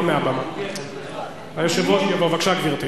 בבקשה, גברתי.